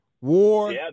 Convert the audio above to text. War